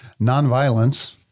nonviolence